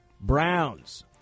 Browns